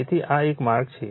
તેથી આ એક માર્ગ છે